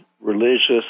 religious